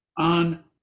on